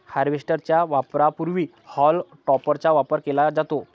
harvester च्या वापरापूर्वी हॉल टॉपरचा वापर केला जातो